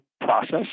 process